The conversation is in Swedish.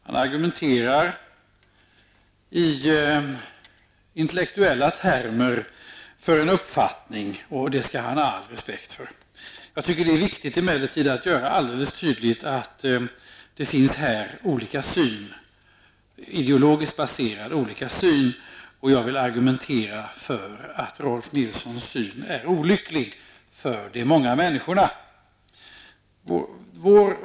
Han argumenterar i intellektuella termer för en uppfattning, och det skall han ha all respekt för. Jag tycker emellertid att det är viktigt att göra alldeles tydligt att det här finns olika synsätt som är ideologiskt baserade. Jag vill argumentera för att Rolf L Nilssons syn är olycklig för de många människorna.